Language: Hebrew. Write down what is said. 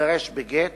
להתגרש בגט,